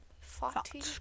Fatty